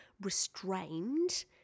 restrained